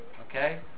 Okay